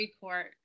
court